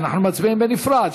אנחנו מצביעים בנפרד,